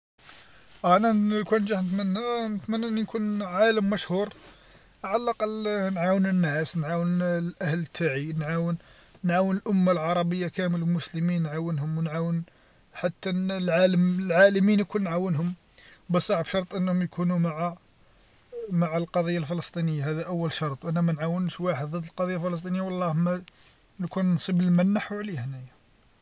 أنا لو كان شانتمنى نتمنى أني نكون عالم مشهور على الأقل نعاون الناس نعاون الأهل تاعي نعاون نعاون الأمه العربيه كامل والمسلمين نعاونهم ونعاون حتى العالم العالمين الكل نعاونهم بصح بشرط أنهم يكونوا مع مع القضيه الفلسطينيه هذا أول شرط أنا ما نعاونش واحد ضد القضيه الفلسطينيه والله ما لو كان نصيب لما نحو عليه هنايا.